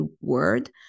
word